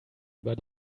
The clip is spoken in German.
über